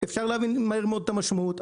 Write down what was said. אפשר להבין מהר מאוד את המשמעות.